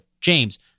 James